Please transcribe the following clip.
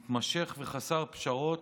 מתמשך וחסר פשרות.